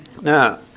Now